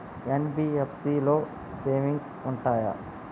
NBFC లో savings ఉంటయా?